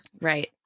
Right